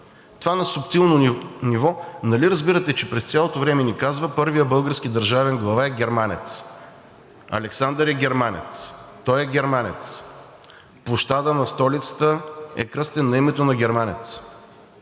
Това на суптилно ниво, нали разбирате, че през цялото време ни казва: първият български държавен глава е германец, Александър е германец. Той е германец. Площадът на столицата е кръстена на името на германец.